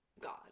God